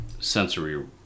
sensory